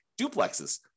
duplexes